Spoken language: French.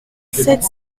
sept